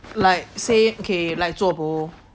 like say ok like zuo bo